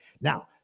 Now